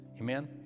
Amen